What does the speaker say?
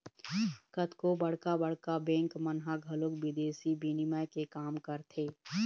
कतको बड़का बड़का बेंक मन ह घलोक बिदेसी बिनिमय के काम करथे